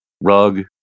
rug